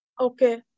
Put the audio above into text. Okay